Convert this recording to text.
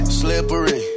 slippery